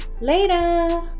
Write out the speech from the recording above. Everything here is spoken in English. Later